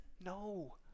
No